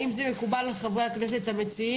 האם זה מקובל על חברי הכנסת המציעים?